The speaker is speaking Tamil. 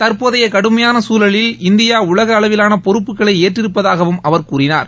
தற்போதைய கடுமையான சூழலில் இந்தியா உலக அளவிலான பொறுப்புகளை ஏற்றிருப்பதாகவும் அவர் கூறினார்